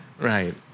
right